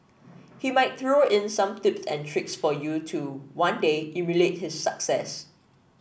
he might throw in some tips and tricks for you to one day emulate his success